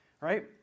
right